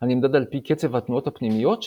- הנמדד על פי קצב התנועות הפנימיות שלו,